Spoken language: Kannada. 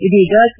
ಇದೀಗ ಕೆ